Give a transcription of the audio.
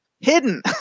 hidden